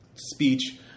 speech